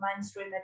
mainstream